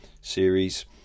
series